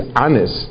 honest